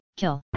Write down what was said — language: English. kill